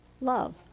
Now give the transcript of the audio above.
Love